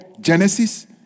Genesis